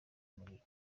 muriro